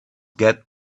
get